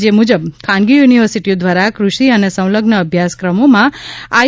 જે મુજબ ખાનગી યુનિવર્સિટીઓ દ્વારા કૃષિ અને સંલગ્ન અભ્યાસક્રમોમાં આઈ